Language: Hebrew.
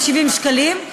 ב-70 שקלים,